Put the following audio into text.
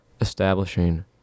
establishing